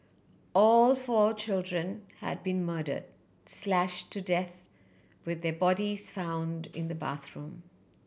all four children had been murder slash to death with their bodies found in the bathroom